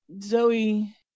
Zoe